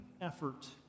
effort